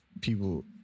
people